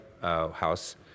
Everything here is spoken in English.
House